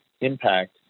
impact